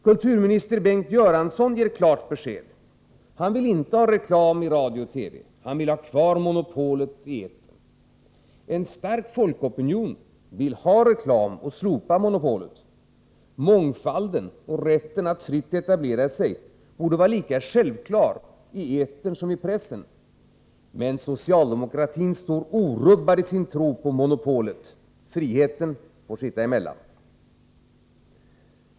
Kulturminister Bengt Göransson ger klart besked. Han vill inte ha reklam i radio och TV. Han vill ha kvar monopolet i etern. En stark folkopinion vill ha reklam och slopa monopolet. Mångfalden och rätten att fritt etablera sig borde vara lika självklar i etern som i pressen. Men socialdemokratin står orubbad i sin tro på monopolet — friheten får sitta emellan.